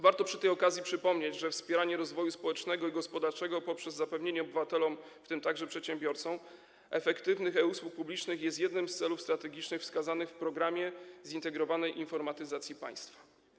Warto przy tej okazji przypomnieć, że wspieranie rozwoju społecznego i gospodarczego poprzez zapewnienie obywatelom, w tym także przedsiębiorcom, efektywnych e-usług publicznych jest jednym z celów strategicznych wskazanych w „Programie zintegrowanej informatyzacji państwa”